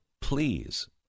Please